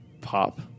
pop